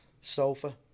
sofa